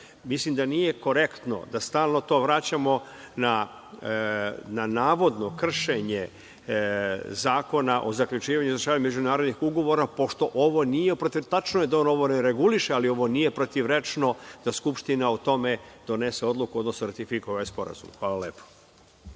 Mislim, da nije korektno da stalno to vraćamo na navodno kršenje Zakona o zaključivanju i izvršavanju međunarodnih ugovora, pošto ovo nije protivrečno. Tačno je da ona ovo reguliše, ali ovo nije protivrečno da Skupština o tome donese odluku, odnosno ratifikuje ovaj sporazum. Hvala.